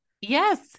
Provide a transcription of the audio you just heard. Yes